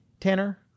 Tanner